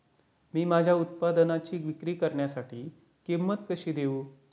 मी माझ्या उत्पादनाची विक्री करण्यासाठी किंमत कशी देऊ?